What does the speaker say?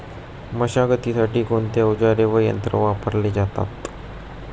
मशागतीसाठी कोणते अवजारे व यंत्र वापरले जातात?